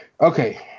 Okay